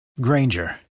Granger